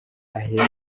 ahera